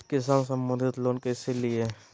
किसान संबंधित लोन कैसै लिये?